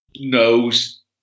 knows